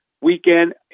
weekend